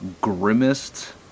grimmest